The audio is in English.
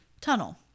tunnel